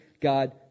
God